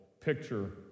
picture